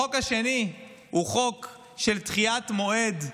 החוק השני הוא חוק של דחיית מועד הרבנים,